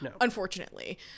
Unfortunately